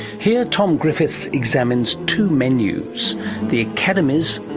here tom griffiths examines two menus the academy's,